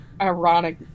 Ironic